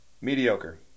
mediocre